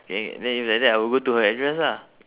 K then if like that I will go to her address lah